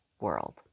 world